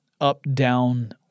up-down